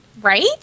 Right